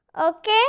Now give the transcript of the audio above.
Okay